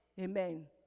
amen